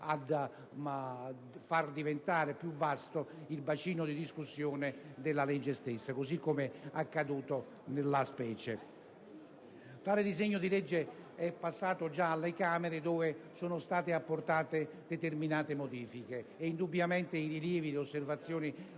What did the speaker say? a far diventare più vasto il bacino di discussione della legge stessa, così come è accaduto in questo caso. Il disegno di legge è già stato esaminato dalla Camera, dove sono state apportate determinate modifiche; indubbiamente i rilievi e le osservazioni